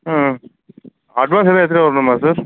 ம் அட்வான்ஸ் எதாவது எடுத்துகிட்டு வரணுமா சார்